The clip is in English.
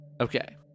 Okay